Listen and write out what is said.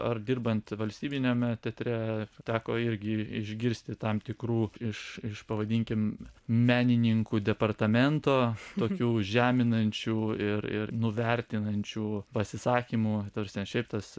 ar dirbant valstybiniame teatre teko irgi išgirsti tam tikrų iš iš pavadinkim menininkų departamento tokių žeminančių ir ir nuvertinančių pasisakymų tarsi ne šiaip tas